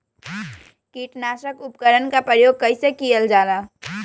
किटनाशक उपकरन का प्रयोग कइसे कियल जाल?